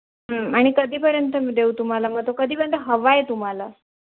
आणि कधीपर्यंत मी देऊ तुम्हाला मग तो कधीपर्यंत हवा आहे तुम्हाला